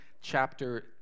chapter